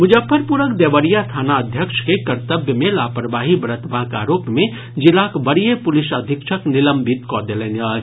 मुजफ्फरपुरक देवरिया थानाध्यक्ष के कर्तव्य मे लापरवाही बरतबाक आरोप मे जिलाक वरीय पुलिस अधीक्षक निलंबित कऽ देलनि अछि